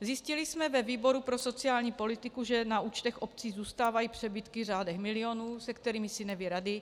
Zjistili jsme ve výboru pro sociální politiku, že na účtech obcí zůstávají přebytky v řádech milionů, se kterými si nevědí rady.